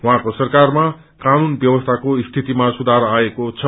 उहाँको समरकारामा कानून व्यवसीको स्थितिमा सुधार भएको छ